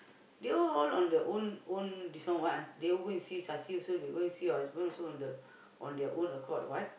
they all all on their own own this one what they won't go and see Sasi also we go and see your husband also on the on their own accord what